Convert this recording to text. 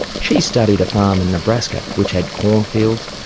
she's studied a farm in nebraska which had corn fields,